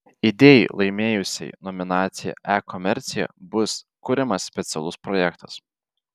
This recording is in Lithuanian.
idėjai laimėjusiai nominaciją e komercija bus kuriamas specialus projektas